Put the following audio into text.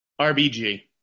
RBG